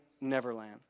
neverland